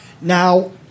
Now